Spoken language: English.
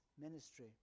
ministry